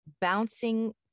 bouncing